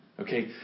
Okay